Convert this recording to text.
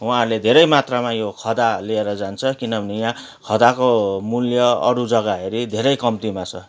उहाँहरूले धेरै मात्रामा यो खदा लिएर जान्छ किनभने यहाँ खदाको मुल्य अरू जग्गा हेरी धेरै कम्तीमा छ